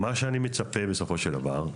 מה שאני מצפה, בסופו של דבר,